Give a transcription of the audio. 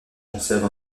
conserve